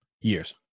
years